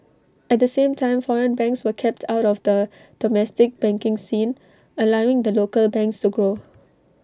at the same time foreign banks were kept out of the domestic banking scene allowing the local banks to grow